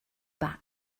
back